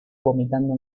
vomitando